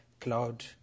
cloud